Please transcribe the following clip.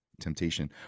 Temptation